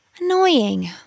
Annoying